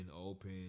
open